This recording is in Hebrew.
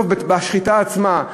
בשחיטה עצמה.